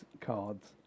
cards